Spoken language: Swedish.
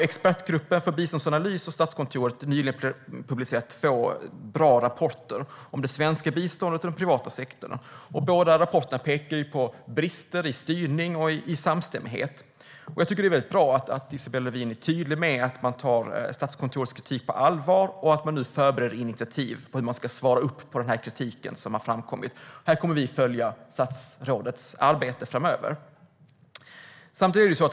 Expertgruppen för biståndsanalys och Statskontoret har nyligen publicerat två bra rapporter om det svenska biståndet och den privata sektorn. Båda rapporterna pekar på brister i styrning och samstämmighet. Jag tycker att det är bra att Isabella Lövin är tydlig med att hon tar Statskontorets kritik på allvar och nu förbereder initiativ för att svara på den kritik som har framkommit. Här kommer vi att följa statsrådets arbete framöver.